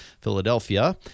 Philadelphia